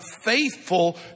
faithful